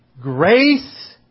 grace